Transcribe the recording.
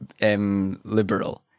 liberal